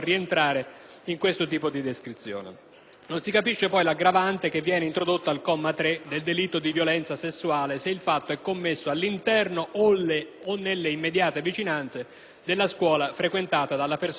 Non si capisce poi l'aggravante che viene introdotta dal comma 3 per il delitto di violenza sessuale se il fatto è commesso all'interno o nelle immediate vicinanze della scuola frequentata dalla persona offesa.